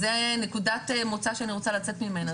זו נקודת מוצא שאני רוצה לצאת ממנה.